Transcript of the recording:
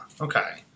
Okay